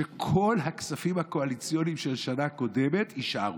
שכל הכספים הקואליציוניים של השנה הקודמת יישארו.